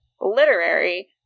literary